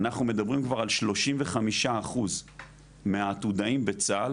אנחנו מדברים כבר על 35% מהעתודאים בצה"ל,